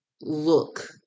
look